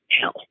hell